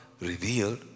revealed